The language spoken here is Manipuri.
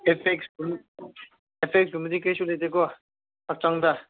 ꯑꯦꯄꯦꯛꯁꯒꯨꯝꯕꯗꯤ ꯀꯔꯤꯁꯨ ꯂꯩꯇꯦꯀꯣ ꯍꯛꯆꯥꯡꯗ